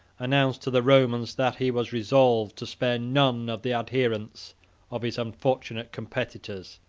announced to the romans that he was resolved to spare none of the adherents of his unfortunate competitors.